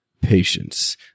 patience